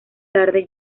tarde